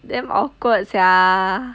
damn awkward sia